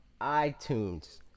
iTunes